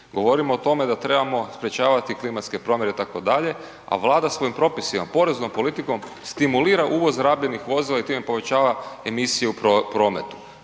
Govorimo o tome da trebamo sprječavati klimatske promjene itd., a Vlada svojim propisima, poreznom politikom stimulira uvoz rabljenih vozila i time povećava emisije u prometu.